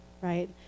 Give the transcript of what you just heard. right